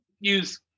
use